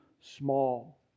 small